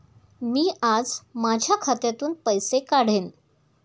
मी आज माझ्या खात्यातून पैसे काढेन